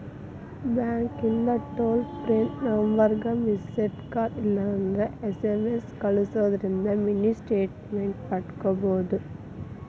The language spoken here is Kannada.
ಬ್ಯಾಂಕಿಂದ್ ಟೋಲ್ ಫ್ರೇ ನಂಬರ್ಗ ಮಿಸ್ಸೆಡ್ ಕಾಲ್ ಇಲ್ಲಂದ್ರ ಎಸ್.ಎಂ.ಎಸ್ ಕಲ್ಸುದಿಂದ್ರ ಮಿನಿ ಸ್ಟೇಟ್ಮೆಂಟ್ ಪಡ್ಕೋಬೋದು